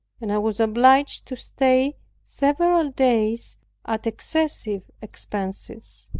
and was obliged to stay several days at excessive expenses.